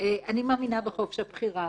אני מאמינה בחופש הבחירה,